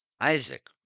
Isaac